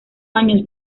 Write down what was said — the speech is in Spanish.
años